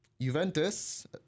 Juventus